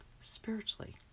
spiritually